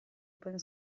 open